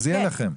אז יהיה לכם.